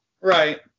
Right